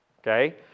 okay